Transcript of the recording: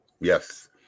Yes